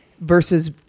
versus